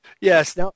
yes